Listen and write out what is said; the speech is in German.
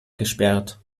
gesperrt